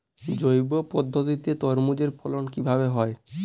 জৈব পদ্ধতিতে তরমুজের ফলন কিভাবে হয়?